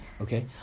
okay